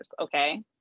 okay